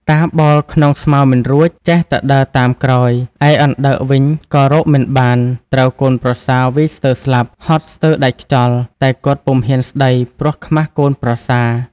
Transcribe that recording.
តាបោលក្នុងស្មៅមិនរួច ចេះតែដើរតាមក្រោយ ឯអណ្ដើកវិញក៏រកមិនបាន ត្រូវកូនប្រសាវាយស្ទើរស្លាប់ ហត់ស្ទើរដាច់ខ្យល់ តែគាត់ពុំហ៊ានស្ដីព្រោះខ្មាសកូនប្រសា។